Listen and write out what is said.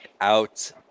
out